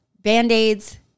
band-aids